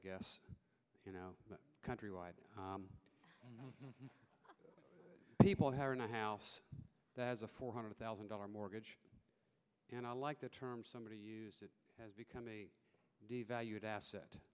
names you know countrywide people who are in a house that has a four hundred thousand dollar mortgage and i like that term somebody use it has become a devalued asset